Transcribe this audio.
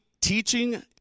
teaching